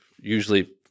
usually